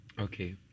Okay